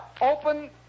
open